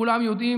כולם יודעים.